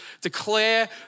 Declare